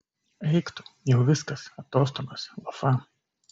eik tu jau viskas atostogos lafa